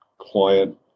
client